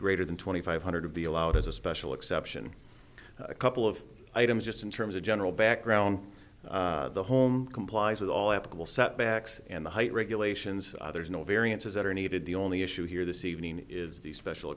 greater than twenty five hundred to be allowed as a special exception a couple of items just in terms of general background the home complies with all applicable setbacks and the height regulations there's no variances that are needed the only issue here this evening is the special